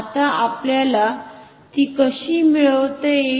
आता आपल्याला ती कशी मिळवता येईल